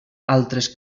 altres